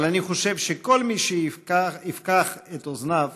אבל אני חושב שכל מי שיפקח את אוזניו